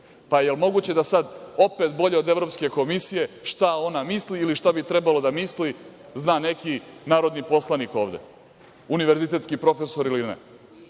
da li je moguće da sada opet bolje od Evropske komisije, šta ona misli ili šta bi trebalo da misli, zna neki narodni poslanik ovde, univerzitetski profesor ili ne.